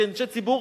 כאנשי ציבור,